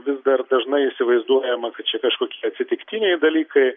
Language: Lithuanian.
vis dar dažnai įsivaizduojama kad čia kažkokie atsitiktiniai dalykai